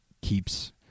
keeps